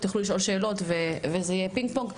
תוכלו לשאול שאלות וזה יהיה פינג פונג,